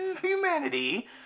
humanity